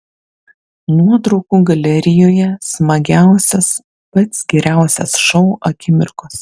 nuotraukų galerijoje smagiausios pats geriausias šou akimirkos